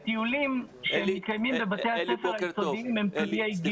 הטיולים שמתקיימים בבתי הספר הם תלויי גיל --- אלי,